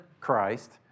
Christ